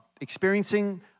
experiencing